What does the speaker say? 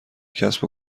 کسب